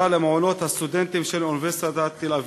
למעונות הסטודנטים של אוניברסיטת תל-אביב.